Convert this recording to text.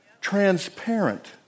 transparent